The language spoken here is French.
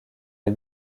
les